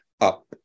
up